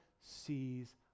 sees